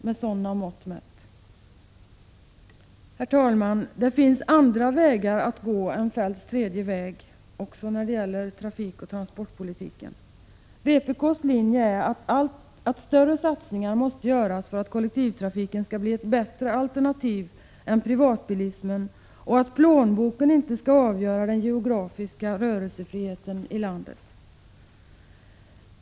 Herr talman! Det finns andra vägar att gå än Kjell-Olof Feldts tredje väg också när det gäller trafikoch transportpolitiken. Vpk:s linje är att större satsningar måste göras för att kollektivtrafiken skall bli ett bättre alternativ än privatbilismen och för att plånboken inte skall avgöra den geografiska rörelsefriheten i landet.